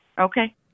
Okay